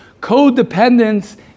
Codependence